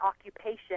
occupation